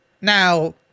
Now